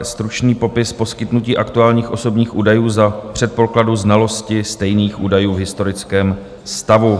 Stručný popis je poskytnutí aktuálních osobních údajů za předpokladu znalosti stejných údajů v historickém stavu.